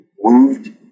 moved